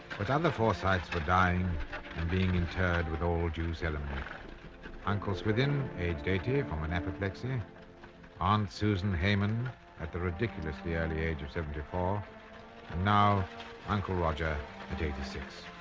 but other forsytes but dying and being interred with all due ceremony uncle swithin aged eighty from an apoplexy aunt susan haman at the ridiculously early age of seventy four and now uncle roger at eighty six